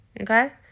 Okay